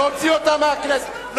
להוציא אותה מהמליאה.